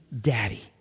Daddy